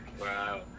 wow